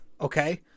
okay